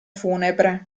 funebre